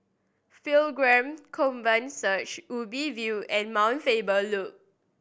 Pilgrim Covenant Church Ubi View and Mount Faber Loop